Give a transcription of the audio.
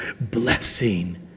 Blessing